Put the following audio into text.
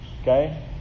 okay